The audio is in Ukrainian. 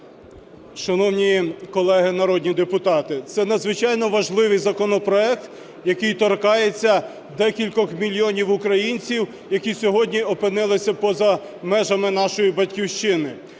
Шановні колеги народні депутати, це надзвичайно важливий законопроект, який торкається декількох мільйонів українців, які сьогодні опинилися поза межами нашої батьківщини,